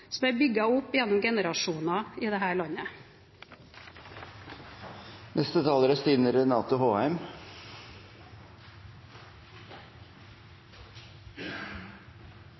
som er bygget opp gjennom generasjoner i dette landet.